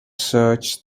search